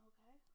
Okay